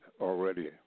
already